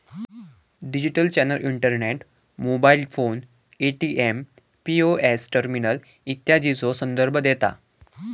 digital channel internet, mobile phone, ATM, POS terminal इत्यादीचो संदर्भ देता